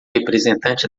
representante